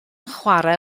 chwarae